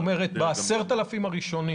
זאת אומרת, ב-10,000 הראשונים